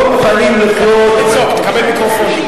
לצעוק, תקבל מיקרופון.